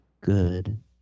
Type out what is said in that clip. good